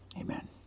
Amen